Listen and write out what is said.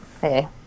hey